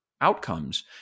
outcomes